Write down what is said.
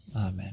Amen